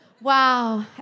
Wow